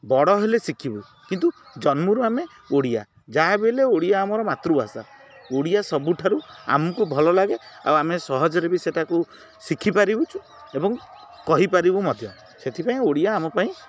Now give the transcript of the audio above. ବଡ଼ ହେଲେ ଶିଖିବୁ କିନ୍ତୁ ଜନ୍ମରୁ ଆମେ ଓଡ଼ିଆ ଯାହାବି ହେଲେ ଓଡ଼ିଆ ଆମର ମାତୃଭାଷା ଓଡ଼ିଆ ସବୁ ଠାରୁ ଆମକୁ ଭଲ ଲାଗେ ଆଉ ଆମେ ସହଜରେ ବି ସେଇଟାକୁ ଶିଖିପାରିଛୁ ଏବଂ କହିପାରିବୁ ମଧ୍ୟ ସେଥିପାଇଁ ଓଡ଼ିଆ ଆମ ପାଇଁ